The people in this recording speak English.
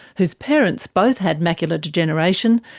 whose parents both had macular degeneration,